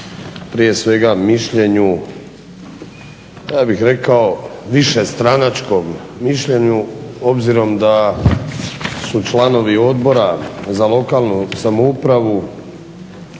prije svega mišljenju ja bih rekao višestranačkom mišljenju obzirom da su članovi Odbora za lokalnu samoupravu